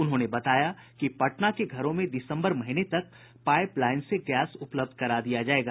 उन्होंने बताया कि पटना के घरों में दिसम्बर महीने तक पाईप लाईन से गैस उपलब्ध करा दिया जायेगा